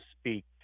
speak